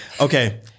Okay